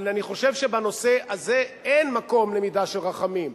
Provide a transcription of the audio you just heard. אבל אני חושב שבנושא הזה אין מקום למידה של רחמים.